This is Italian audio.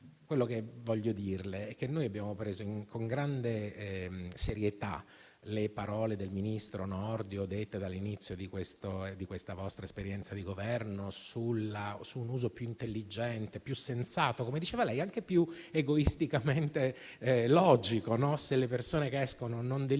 Bollate. Voglio dire dunque che abbiamo preso con grande serietà le parole dette dal ministro Nordio all'inizio di questa vostra esperienza di Governo su un uso più intelligente, più sensato - come diceva lei - e anche più egoisticamente logico del carcere: se le persone che escono non delinquono,